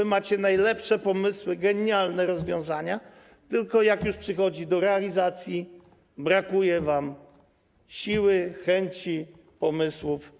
Wy macie najlepsze pomysły, genialne rozwiązania, tylko jak już przychodzi do realizacji, brakuje wam siły, chęci i pomysłów.